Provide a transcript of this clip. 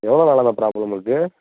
எவ்வளோ நாளாக அந்த ப்ராப்ளம் இருக்கு